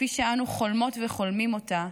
כפי שאנו חולמות וחולמים אותה,